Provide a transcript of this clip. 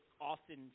often